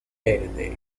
verde